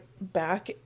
back